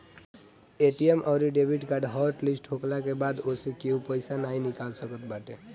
ATM अउरी debit card hot list होखला के बाद ओसे केहू पईसा नाइ निकाल सकत बाटे